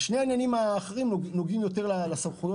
שני העניינים האחרים נוגעים יותר לסמכויות